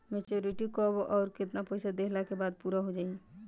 Maturity कब आउर केतना पईसा देहला के बाद पूरा होई?